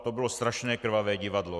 To bylo strašné krvavé divadlo.